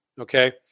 Okay